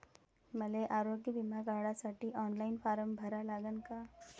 मले आरोग्य बिमा काढासाठी ऑनलाईन फारम भरा लागन का?